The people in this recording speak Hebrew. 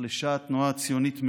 נחלשה התנועה הציונית מאוד,